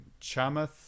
Chamath